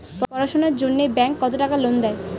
পড়াশুনার জন্যে ব্যাংক কত টাকা লোন দেয়?